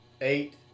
eight